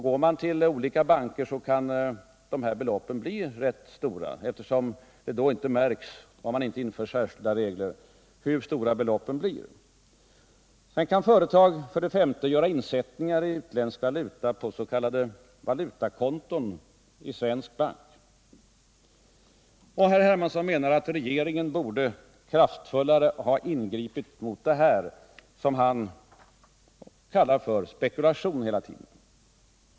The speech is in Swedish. Går de till olika banker kan beloppen bli rätt stora, eftersom det inte märks, om man inte inför särskilda regler, hur stora beloppen blir. Ett femte fall är att företag kan göra insättningar av utländsk valuta på s.k. valutakonto i svensk bank. Herr Hermansson menar att regeringen kraftfullare borde ha ingripit mot sådant här handlande, som han hela tiden kallar spekulation.